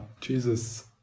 Jesus